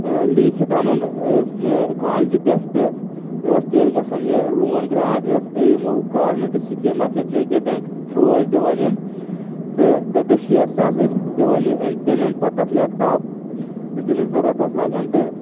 لیکِتھ اَنُن کالجہِ پٮ۪ٹھ تہٕ یہِ اوس تیٚلہِ گژھان یہِ لون گرٛانٛٹ یہِ اوس یِمو گورمینٹ سِکیٖم اَکھ یۄس جے کے بیںٛک تھرٛوٗ ٲسۍ دِوان یِم تہٕ رۄپیَس شیٹھ ساس ٲسۍ دِوان یہِ أمۍ تٔمۍ اوٚن پتہٕ تَتھ لٮ۪پٹاپ یُس تٔمِس ضروٗرَت اوس لَگَان تہٕ